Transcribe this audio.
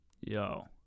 Yo